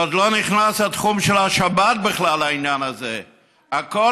ועוד לא נכנס התחום של השבת לעניין הזה בכלל,